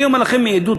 אני אומר לכם מעדות,